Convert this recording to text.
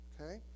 Okay